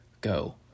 go